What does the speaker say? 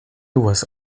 was